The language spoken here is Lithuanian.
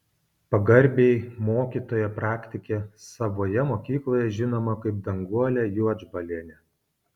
pagarbiai mokytoja praktikė savoje mokykloje žinoma kaip danguolė juodžbalienė